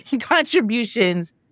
contributions